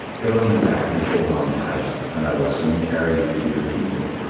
get on my back and hold on tight, and i will soon carry you to your people.